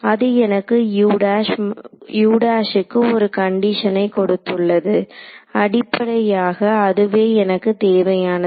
அது எனக்கு க்கு ஒரு கண்டிஷனை கொடுத்துள்ளது அடிப்படையாக அதுவே எனக்கு தேவையானது